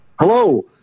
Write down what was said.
Hello